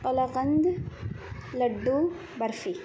kalakand laddoo barfi